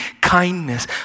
kindness